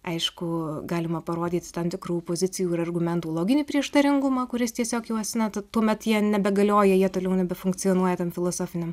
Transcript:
aišku galima parodyt tam tikrų pozicijų ir argumentų loginį prieštaringumą kuris tiesiog juos na tuomet jie nebegalioja jie toliau nebefunkcionuoja tam filosofiniam